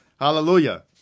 Hallelujah